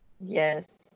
Yes